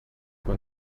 when